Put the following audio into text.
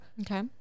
okay